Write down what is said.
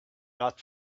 not